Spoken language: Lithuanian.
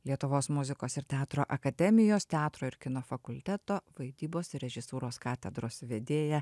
lietuvos muzikos ir teatro akademijos teatro ir kino fakulteto vaidybos ir režisūros katedros vedėja